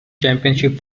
championship